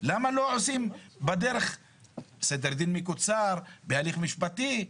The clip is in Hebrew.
למה לא עושים סדר דין מקוצר, בהליך משפטי?